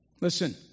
Listen